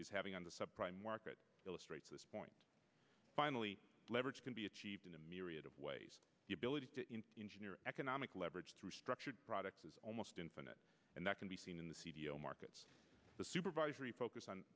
subprime market illustrates this point finally leverage can be achieved in a myriad of ways the ability to engineer economic leverage through structured products is almost infinite and that can be seen in the c d o markets the supervisory focus on